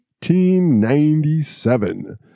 1897